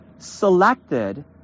selected